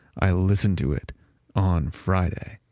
i listen to it on friday.